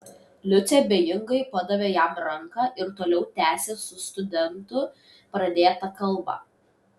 liucė abejingai padavė jam ranką ir toliau tęsė su studentu pradėtą kalbą